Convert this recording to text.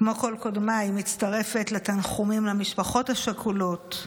כמו כל קודמיי, מצטרפת לתנחומים למשפחות השכולות,